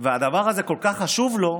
הדבר הזה כל כך חשוב לו,